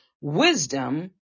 Wisdom